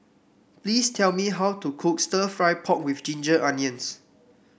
please tell me how to cook stir fry pork with Ginger Onions